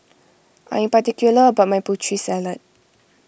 I am particular about my Putri Salad